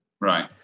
Right